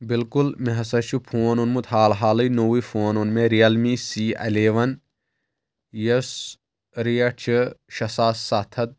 بالکُل مےٚ ہسا چھُ فون اوٚنمُت حال حالٕے نوٚوُے فون اوٚن مےٚ ریل می سی الیوَن یُس ریٹ چھِ شیٚے ساس ستھ ہتھ